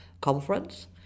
conference